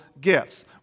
gifts